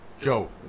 Joe